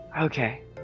Okay